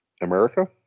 America